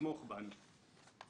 לתמוך בנו.